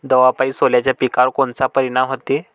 दवापायी सोल्याच्या पिकावर कोनचा परिनाम व्हते?